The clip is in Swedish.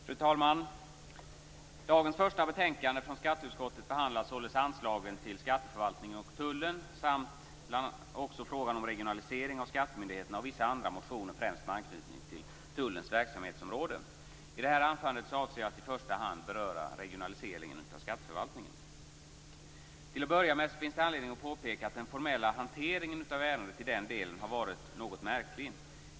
Fru talman! Dagens första betänkande från skatteutskottet behandlar anslagen till skatteförvaltningen och tullen, samt även frågan om regionalisering av skattemyndigheterna och vissa motioner med anknytning till tullens verksamhetsområde. Jag avser att i det här anförandet i första hand beröra regionaliseringen av skatteförvaltningen. Till att börja med finns det anledning att påpeka att den formella hanteringen av ärendet i den delen har varit något märklig.